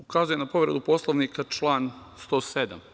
Ukazujem na povredu Poslovnika, član 107.